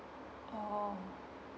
oh